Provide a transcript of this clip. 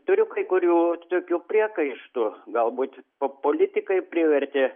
turiu kai kurių tokių priekaištų galbūt politikai privertė